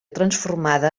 transformada